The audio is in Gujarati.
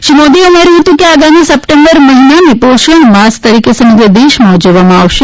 શ્રી મોદીએ જણાવ્યું કે આગામી સપ્ટેમ્બર મહિનાને પોષણમાસ તરીકે સમગ્ર દેશમાં ઉજવવામાં આવશે